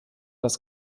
das